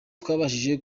twabashije